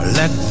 let